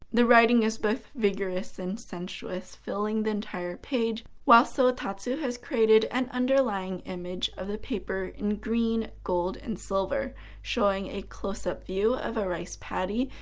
the writing is both vigorous and sensuous, filling the entire page, while sotatsu has created an underlying image of the paper in green, gold and silver showing a closeup view of a rice paddy,